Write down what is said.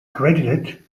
credited